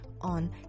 on